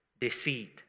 deceit